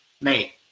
mate